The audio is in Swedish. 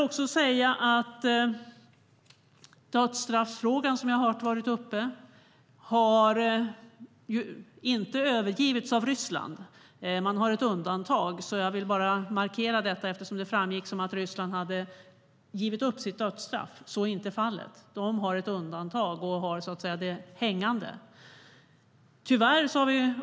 Frågan om dödsstraff har inte övergivits av Ryssland. Man har ett undantag. Jag vill bara markera detta eftersom det framstod som att Ryssland hade gett upp sitt dödsstraff, men så är inte fallet. Ryssland har ett så att säga hängande undantag.